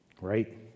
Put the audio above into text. Right